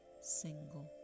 single